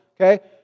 okay